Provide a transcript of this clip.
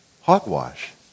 Hogwash